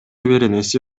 беренеси